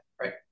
right